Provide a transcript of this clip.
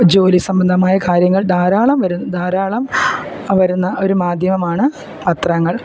ജോലി സംബന്ധമായ കാര്യങ്ങൾ ധാരാളം വരു ധാരാളം വരുന്ന ഒരു മാധ്യമമാണ് പത്രങ്ങൾ